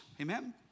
Amen